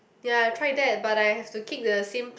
ya I have tried that but I have to keep the same